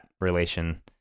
relation